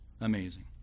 Amazing